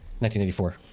1984